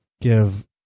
give